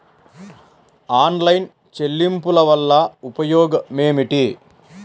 Online చెల్లింపుల వల్ల ఉపయోగమేమిటీ?